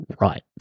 Right